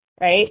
right